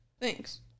Thanks